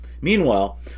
Meanwhile